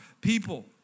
people